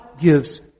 gives